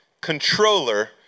controller